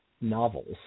novels